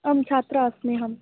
आं छात्रा अस्मि अहं